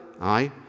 aye